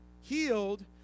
healed